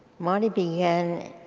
marty began